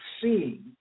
seeing